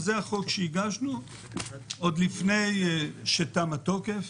זה החוק שהגשנו עוד לפני שפג התוקף.